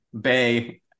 bay